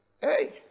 hey